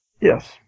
Yes